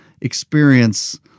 experience